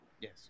Yes